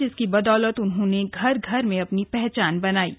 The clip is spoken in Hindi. जिसकी बदौलत उन्होंने घर घर में अपनी पहचान बनाई थी